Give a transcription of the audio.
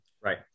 Right